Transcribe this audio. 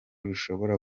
rushobora